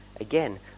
again